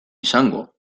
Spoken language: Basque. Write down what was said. izango